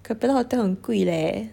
capella hotel 很贵 leh